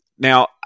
Now